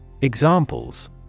Examples